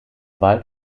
wald